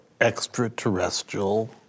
extraterrestrial